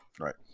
Right